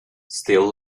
still